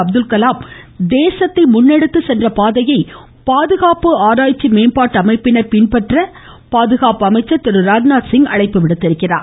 அப்துல் கலாம் தேசத்தை மன்னெடுத்துச்சென்ற பாதையை பாதுகாப்பு ஆராய்ச்சி மேம்பாட்டு அமைப்பினர் பின்பற்ற பாதுகாப்புத்துறை அமைச்சர் திருராஜ்நாத்சிங் வலியுறுத்தினார்